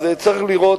אז צריך לראות.